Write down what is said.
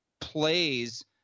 plays